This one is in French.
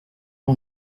pas